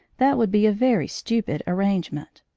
that would be a very stupid arrangement,